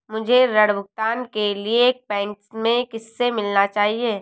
मुझे ऋण भुगतान के लिए बैंक में किससे मिलना चाहिए?